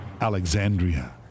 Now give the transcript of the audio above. Alexandria